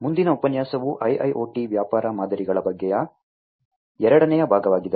ಮುಂದಿನ ಉಪನ್ಯಾಸವು IIoT ವ್ಯಾಪಾರ ಮಾದರಿಗಳ ಬಗ್ಗೆಯ ಎರಡನೇ ಭಾಗವಾಗಿದೆ